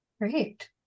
Great